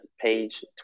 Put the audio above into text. page